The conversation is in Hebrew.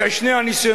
אחרי שני הניסיונות,